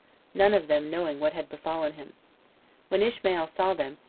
none of them knowing what had befallen him when ishmael saw them,